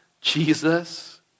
Jesus